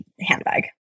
handbag